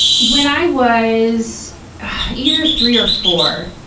when i was either three or four,